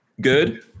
Good